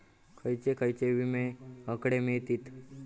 खयले खयले विमे हकडे मिळतीत?